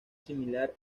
similar